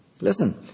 Listen